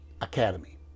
Academy